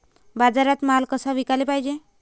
बाजारात माल कसा विकाले पायजे?